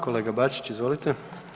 Kolega Bačić, izvolite.